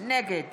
נגד